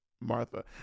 Martha